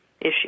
issue